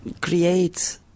create